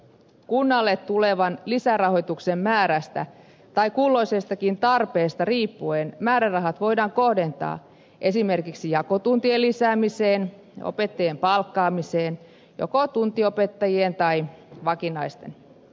kunnalle tulevan lisärahoituksen määrästä tai kulloisestakin tarpeesta riippuen määrärahat voidaan kohdentaa esimerkiksi jakotuntien lisäämiseen opettajien palkkaamiseen joko tuntiopettajien tai vakinaisten